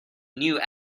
new